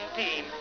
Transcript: team